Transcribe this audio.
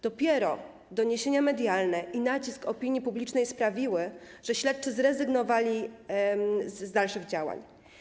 Dopiero doniesienia medialne i nacisk opinii publicznej sprawiły, że śledczy zrezygnowali z dalszych działań.